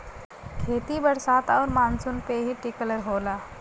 खेती बरसात आउर मानसून पे ही टिकल होला